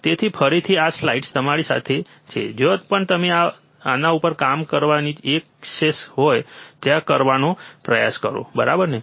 તેથી ફરીથી આ સ્લાઇડ્સ તમારી સાથે છે જ્યાં પણ તમને આના ઉપર કામ કરવાની એક્સેસ હોય ત્યાં કરવાનો પ્રયાસ કરો બરાબર ને